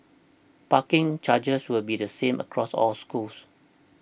parking charges will be the same across all schools